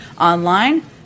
online